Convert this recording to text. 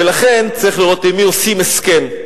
ולכן צריך לראות עם מי עושים הסכם,